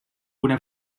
una